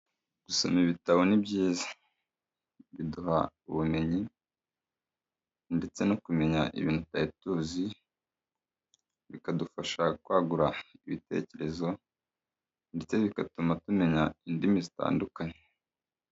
Gusoma ibitabo ni byiza. Biduha ubumenyi. Ndetse no kumenya ibintu tutari tuzi, bikadufasha kwagura ibitekerezo. Ndetse bigatuma tumenya indimi zitandukanye.